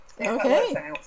okay